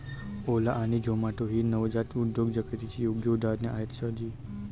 ओला आणि झोमाटो ही नवजात उद्योजकतेची योग्य उदाहरणे आहेत सर जी